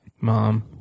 mom